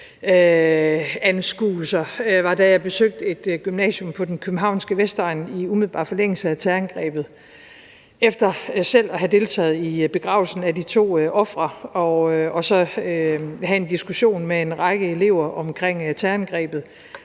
minoritetsanskuelser, var, da jeg besøgte et gymnasium på den københavnske vestegn i umiddelbar forlængelse af terrorangrebet efter selv at have deltaget i begravelsen af de to ofre. Der havde jeg en diskussion med en række elever om terrorangrebet,